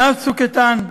מאז "צוק איתן"